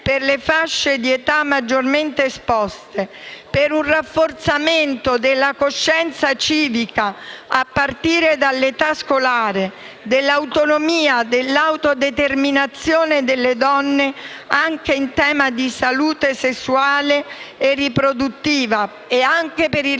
per le fasce di età maggiormente esposte, per un rafforzamento della coscienza civica, a partire dall'età scolare, dell'autonomia, dell'autodeterminazione delle donne anche in tema di salute sessuale e riproduttiva, e anche per il